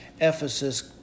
Ephesus